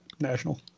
national